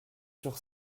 sur